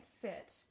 fit